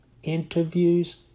interviews